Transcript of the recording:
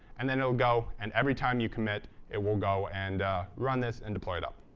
and then it'll go. and every time you commit it will go and run this and deploy it up.